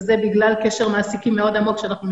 וזה בגלל קשר מעסיקים מאוד עמוק שאנחנו מנהלים,